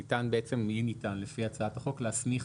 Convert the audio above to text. ניתן לפי הצעת החוק להסמיך